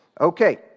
Okay